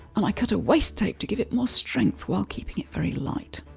and i cut a waist tape to give it more strength while keeping it very light.